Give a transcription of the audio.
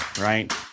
right